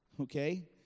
Okay